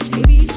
Baby